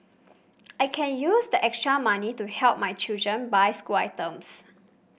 I can use the extra money to help my children buy school items